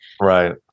Right